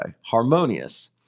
Harmonious